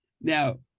now